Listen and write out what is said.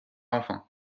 enfin